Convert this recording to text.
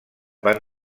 van